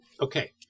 Okay